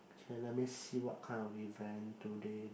K then let me see what kind of event do they